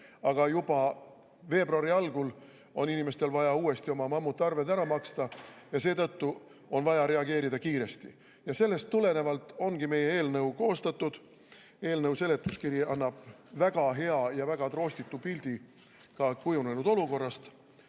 Aga juba veebruari algul on inimestel vaja uuesti oma mammutarved ära maksta ja seetõttu on vaja reageerida kiiresti. Sellest tulenevalt ongi meie eelnõu koostatud. Eelnõu seletuskiri annab väga hea ja väga troostitu pildi kujunenud olukorrast.